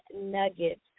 nuggets